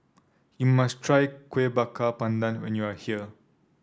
you must try Kueh Bakar Pandan when you are here